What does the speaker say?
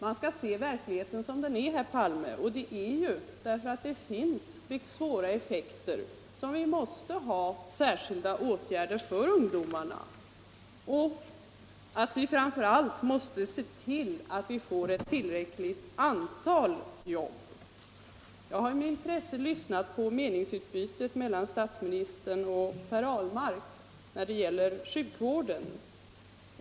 Man skall se verkligheten som den är, herr Palme. Det är för att Åmanlagarna har mycket svåra effekter som vi måste vidta särskilda åtgärder för ungdomarna och framför allt se till att vi får ett tillräckligt antal jobb. Jag har med intresse lyssnat på meningsutbytet mellan statsministern och herr Ahlmark när det gäller sjukvården.